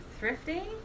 thrifting